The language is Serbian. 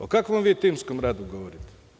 O kakvom vi timskom radu govorite?